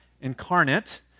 incarnate